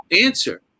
answer